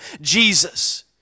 Jesus